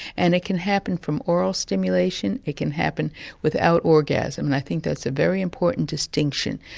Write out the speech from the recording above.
and it can happen from oral stimulation, it can happen without orgasm, and i think that's a very important distinction.